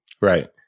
Right